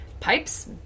pipes